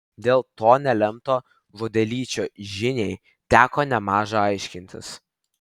dėl to nelemto žodelyčio žiniai teko nemaža aiškintis